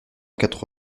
quatre